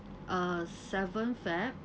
uh seventh feb~